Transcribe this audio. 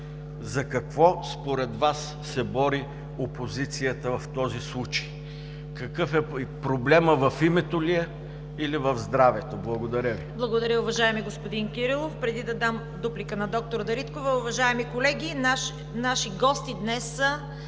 за какво според Вас се бори опозицията в този случай? Какъв е проблемът: в името ли е, или в здравето? Благодаря Ви. ПРЕДСЕДАТЕЛ ЦВЕТА КАРАЯНЧЕВА: Благодаря, уважаеми господин Кирилов. Преди да дам дуплика на д-р Дариткова, уважаеми колеги, наши гости днес са: